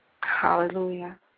hallelujah